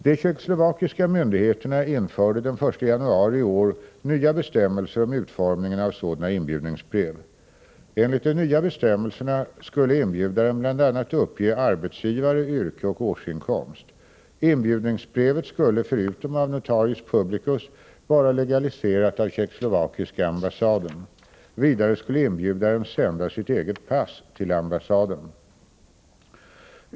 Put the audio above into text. De tjeckoslovakiska myndigheterna införde den 1 januari i år nya bestämmelser om utformningen av sådana inbjudningsbrev. Enligt de nya bestämmelserna skulle inbjudaren bl.a. uppge arbetsgivare, yrke och årsinkomst. Inbjudningsbrevet skulle förutom av notarius publicus vara legaliserat av tjeckoslovakiska ambassaden. Vidare skulle inbjudaren sända sitt eget pass till ambassaden.